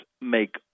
make